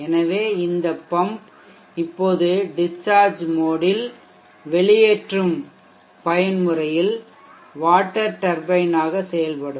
எனவே இந்த பம்ப் இப்போது டிஷ்சார்ஜ் மோட் ல் வெளியேற்றும் பயன்முறையில் வாட்டர் டர்பைனாக செயல்படும்